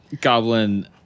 goblin